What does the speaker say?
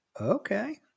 okay